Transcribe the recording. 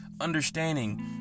understanding